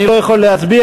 אני לא יכול להצביע,